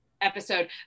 episode